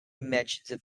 mention